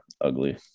ugly